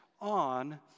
on